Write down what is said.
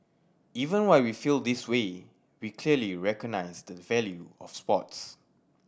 even while we feel this way we clearly recognise the value of sports